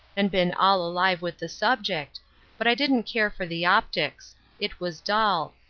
and been all alive with the subject but i didn't care for the optics it was dull,